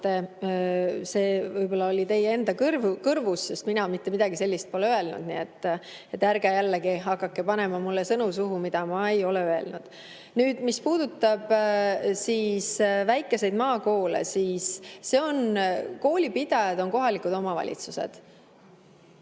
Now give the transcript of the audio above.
võib-olla oli teie enda kõrvus, sest mina mitte midagi sellist pole öelnud. Ärge jällegi hakake panema mulle suhu sõnu, mida ma ei ole öelnud. Mis puudutab väikesi maakoole, siis koolipidajad on kohalikud omavalitsused,